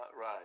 Right